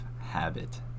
habit